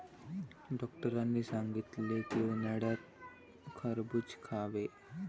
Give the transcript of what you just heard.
डॉक्टरांनी सांगितले की, उन्हाळ्यात खरबूज खावे